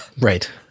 Right